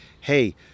hey